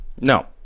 No